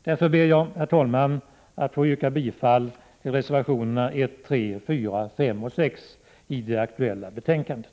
Därför ber jag, herr talman, att få yrka bifall till reservationerna 1, 3, 4, 5 och 6 i det aktuella betänkandet.